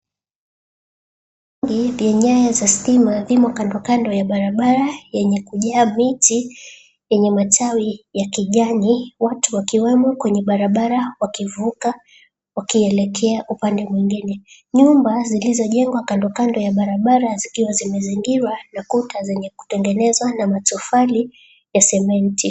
Nyaya za stima vimo kando kando ya barabara yenye kujaa miti yenye matawi ya kijani, watu wakiwemo kwenye barabara wakivuka wakielekea upande mwingine. Nyumba zilizojengwa kando kando ya barabara zikiwa zimezingirwa na kuta zenye kutengenezwa na matofali ya sementi.